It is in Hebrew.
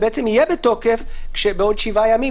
הוא יהיה בתוקף בעוד שבעה ימים,